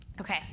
Okay